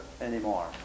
anymore